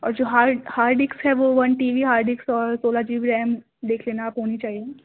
اور جو ہار ہارڈ ڈسک ہے وہ one T B hard disk اور سولہ جی بی ریم دیکھ لینا آپ ہونی چاہیے